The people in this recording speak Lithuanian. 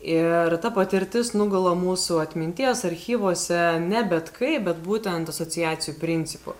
ir ta patirtis nugula mūsų atminties archyvuose ne bet kaip bet būtent asociacijų principu